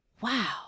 wow